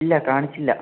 ഇല്ല കാണിച്ചില്ല